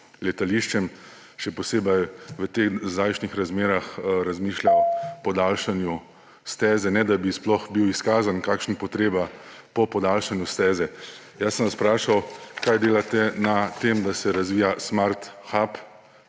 letališčem, še posebej v teh zdajšnjih razmerah razmišlja o podaljšanju steze, ne da bi sploh bila izkazana kakšna potreba po podaljšanju steze. Vprašal sem vas, kaj delate na tem, da se razvija Smart Hab